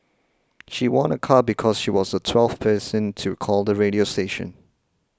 she won a car because she was a twelfth person to call the radio station